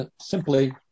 simply